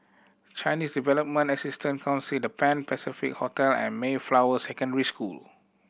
Chinese Development Assistance Council The Pan Pacific Hotel and Mayflower Secondary School